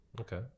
Okay